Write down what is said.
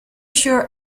sure